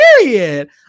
period